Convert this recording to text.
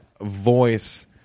voice